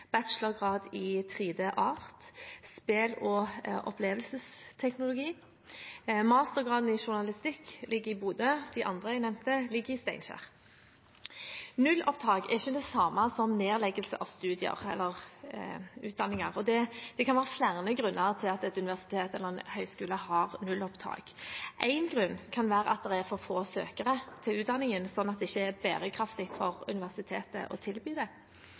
i 3D art og i spill- og opplevelsesteknologi. Mastergraden i journalistikk ligger i Bodø, de andre jeg nevnte, ligger i Steinkjer. Nullopptak er ikke det samme som nedleggelse av studier eller utdanninger. Det kan være flere grunner til at et universitet eller en høyskole har nullopptak. Én grunn kan være at det er for få søkere til utdanningen, sånn at det ikke er bærekraftig for universitetet å tilby det.